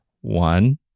One